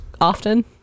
often